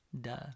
Duh